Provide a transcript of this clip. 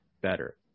better